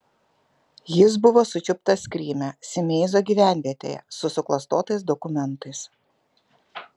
jis buvo sučiuptas kryme simeizo gyvenvietėje su suklastotais dokumentais